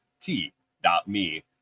t.me